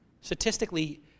statistically